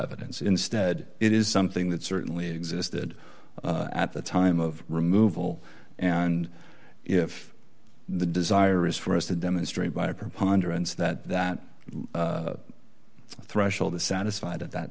evidence instead it is something that certainly existed at the time of removal and if the desire is for us to demonstrate by a preponderance that that threshold is satisfied at that